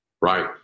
Right